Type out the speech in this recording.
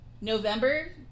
November